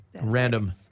random